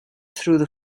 through